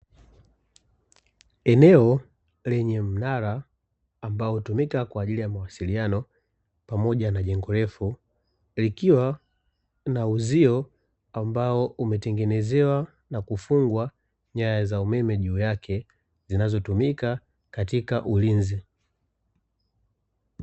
Eneo lenye mnara ambao hutumika kwa ajili ya mawasiliano, pamoja na jengo refu, likiwa na uzio ambao umetengenezewa na kufungwa nyaya za umeme juu yake, zinazotumika katika ulinzi.